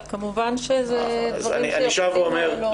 אבל כמובן שאלה דברים --- אני שב ואומר,